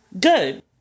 good